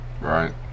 Right